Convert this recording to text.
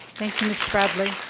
thank you, ms. bradley.